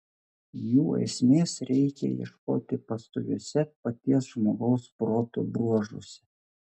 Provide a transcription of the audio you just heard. jų esmės reikia ieškoti pastoviuose paties žmogaus proto bruožuose